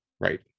Right